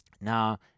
Now